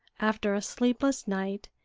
after a sleepless night,